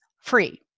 free